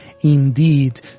indeed